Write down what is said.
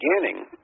beginning